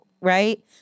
right